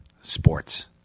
sports